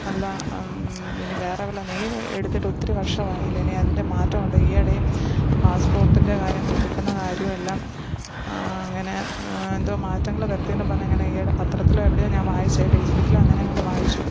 അല്ല ഇനി വേറെ വല്ല നീ എടുത്തിട്ട് ഒത്തിരി വർഷമായല്ലേ ഇനി അതിൻ്റെ മാറ്റം ഉണ്ട് ഈ ഇടയും പാസ്സ്പോർട്ടിൻ്റെ കാര്യം പുതുക്കുന്ന കാര്യം എല്ലാം അങ്ങനെ എന്തോ മാറ്റങ്ങൾ വരുത്തിയെന്നും പറഞ്ഞ് ഇങ്ങനെ ഈ ഇവിടെ പത്രത്തിലോ എവിടെയോ ഞാൻ വായിച്ചത് ഫേസ്ബുക്കിലോ അങ്ങനെ എങ്ങാണ്ട് വായിച്ചു